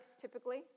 typically